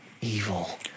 Evil